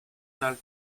dal